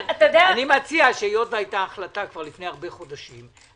מציע שהיות שהיתה החלטה כבר לפני הרבה חודשים,